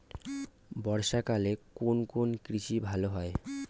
বর্ষা কালে কোন কোন কৃষি ভালো হয়?